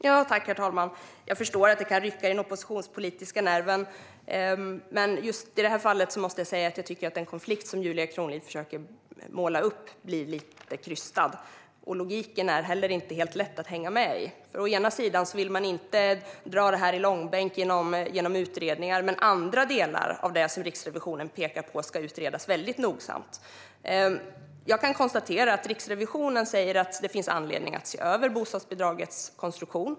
Herr talman! Jag förstår att det kan rycka i den oppositionspolitiska nerven, men just i det här fallet måste jag säga att jag tycker att den konflikt som Julia Kronlid försöker måla upp blir lite krystad. Logiken är heller inte helt lätt att hänga med i. Man vill inte dra det här i långbänk genom utredningar, men andra delar av det som Riksrevisionen pekar på ska utredas väldigt nogsamt. Riksrevisionen säger att det finns anledning att se över bostadsbidragets konstruktion.